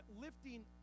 lifting